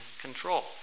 control